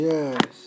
Yes